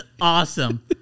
awesome